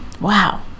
Wow